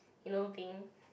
you know being